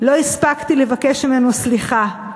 לא הספקתי לבקש ממנו סליחה,